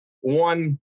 one